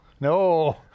No